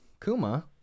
Kuma